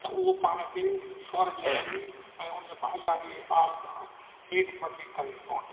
त उहो पाण खे स्वर लयनी ऐं हुनजी भाषा जे हिसाब सां हेठि मथे करिणी पवंदी